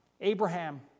Abraham